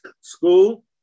school